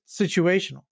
situational